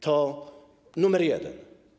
To numer jeden.